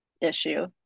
Issue